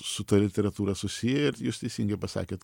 su ta literatūra susiję ir jūs teisingai pasakėt